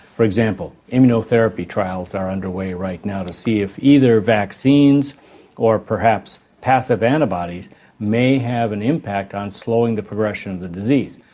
for example immunotherapy trials are underway right now to see if either vaccines or perhaps passive antibodies may have an impact on slowing the progression of the disease.